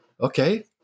Okay